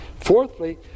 fourthly